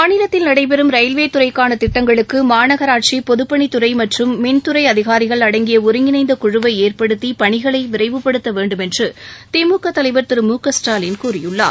மாநிலத்தில் நடைபெறும் ரயில்வேத் துறைக்கான திட்டங்களுக்கு மாநகராட்சி பொதுப்பணித் துறை மற்றும் மின்துறை அதிகாரிகள் அடங்கிய ஒருங்கிணைந்த குழுவை ஏற்படுத்தி பணிகளை விரைவுபடுத்த வேண்டும் என்று திமுக தலைவர் திரு மு க ஸ்டாலின் கூறியுள்ளார்